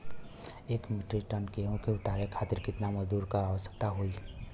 एक metric ton गेहूँ के उतारे खातीर कितना मजदूर क आवश्यकता होई?